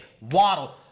Waddle